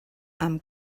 amb